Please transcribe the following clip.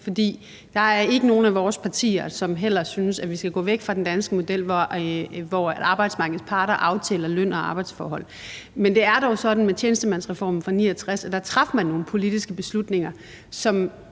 heller ikke nogen af vores partier, som synes, at vi skal gå væk fra den danske model, hvor arbejdsmarkedets parter aftaler løn og arbejdsforhold. Men det er dog sådan med tjenestemandsreformen fra 1969, at man dér traf nogle politiske beslutninger, som